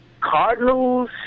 Cardinals